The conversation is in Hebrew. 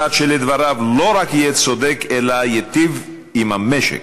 צעד שלדבריו לא רק יהיה צודק אלא ייטיב עם המשק.